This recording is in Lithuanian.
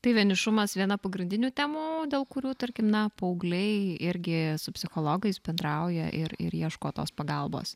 tai vienišumas viena pagrindinių temų dėl kurių tarkim na paaugliai irgi su psichologais bendrauja ir ir ieško tos pagalbos